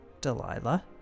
Delilah